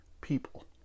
people